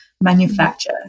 manufacture